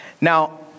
Now